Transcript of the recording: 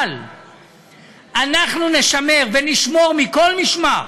אבל אנחנו נישמר ונשמור מכל משמר